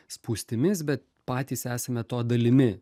spūstimis bet patys esame to dalimi